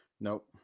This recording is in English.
Nope